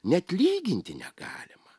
net lyginti negalima